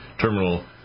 terminal